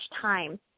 time